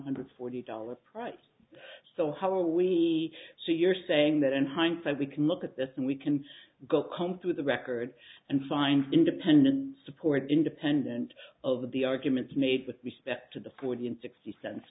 hundred forty dollar price so how are we so you're saying that in hindsight we can look at this and we can go comb through the records and find independent support independent of the arguments made with respect to the forty and sixty cents